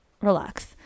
relax